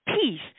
peace